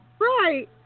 Right